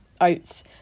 oats